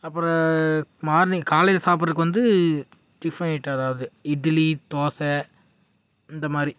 அப்புறம் மார்னிங் காலையில் சாப்பிட்றதுக்கு வந்து டிஃபன் ஐட்டம் ஏதாவது இட்லி தோசை இந்த மாதிரி